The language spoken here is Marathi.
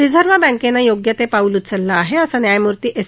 रिजव्ह बँकनं योग्य ते पाऊल उचललं आहे असं न्यायमूर्ती एस